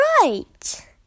right